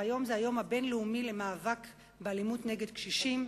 והיום זה היום הבין-לאומי למאבק באלימות נגד קשישים,